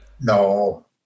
no